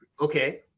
Okay